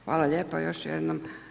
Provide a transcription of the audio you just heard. Hvala lijepa još jednom.